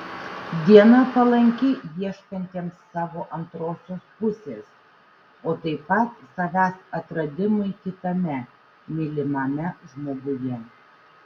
diena palanki ieškantiems savo antrosios pusės o taip pat savęs atradimui kitame mylimame žmoguje